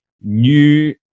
new